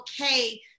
okay